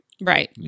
Right